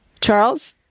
Charles